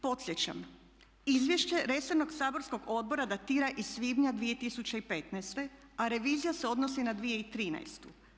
Podsjećam izvješće resornog saborskog odbora datira iz svibnja 2015.a revizija se odnosi na 2013.